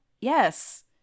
yes